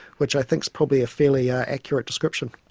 which i think is probably a fairly ah accurate description.